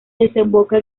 desemboca